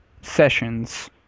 sessions